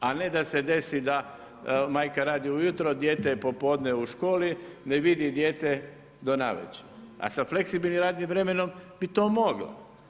A ne da se desi, da majka radi ujutro, a dijete je popodne u školi, ne vidi dijete do navečer, a sa fleksibilnim radnim vremenom bi to mogla.